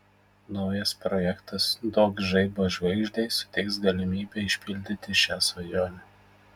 naujas projektas duok žaibą žvaigždei suteiks galimybę išpildyti šią svajonę